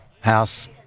house